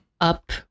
up